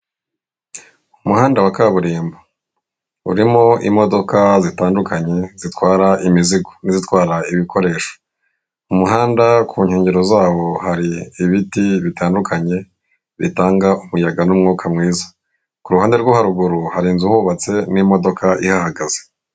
Umuhanda wa kaburimbo, urimo imodoka zitandukanye zitwara imizigo n'izitwara ibikoresho, mu muhanda ku nkengero zawo hari ibiti bitandukanye bitanga umuyaga n'umwuka mwiza, ku ruhande rwo haruguru hari inzu ihubatse n'imodoka ihagaze.